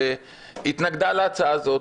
התנגדה להצעה הזאת,